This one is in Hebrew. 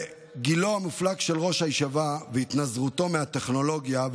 גילו המופלג של ראש הישיבה והתנזרותו מהטכנולוגיה,